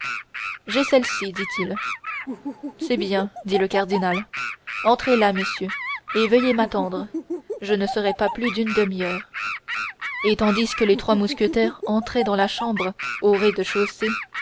j'ai celle-ci répondit-il c'est bien dit le cardinal entrez là messieurs et veuillez m'attendre je ne serai pas plus d'une demi-heure et tandis que les trois mousquetaires entraient dans la chambre du rez-de-chaussée